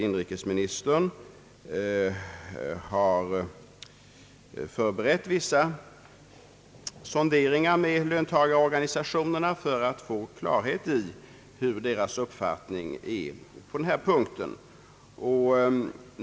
Inrikesministern har nu förberett vissa sonderingar med löntagarorganisationerna för att få klarhet om deras uppfattning i den nu aktuella frågan.